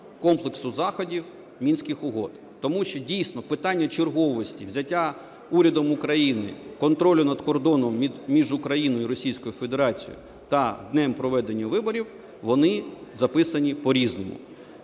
комплексу заходів Мінських угод. Тому що дійсно питання черговості взяття урядом України контролю над кордоном між Україною і Російською Федерацією та днем проведення виборів вони записані по-різному.